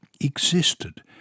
existed